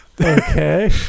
Okay